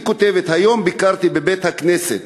היא כותבת: "היום ביקרתי בבית-הכנסת.